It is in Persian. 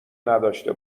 نداشته